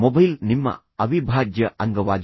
mobile ನಿಮ್ಮ ಅವಿಭಾಜ್ಯ ಅಂಗವಾಗಿದೆ